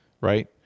right